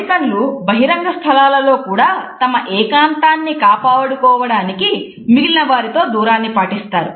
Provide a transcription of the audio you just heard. అమెరికన్లు బహిరంగ స్థలాలలో కూడా తమ ఏకాంతాన్ని కాపాడుకోవడానికి మిగిలిన వారితో దూరాన్ని పాటిస్తారు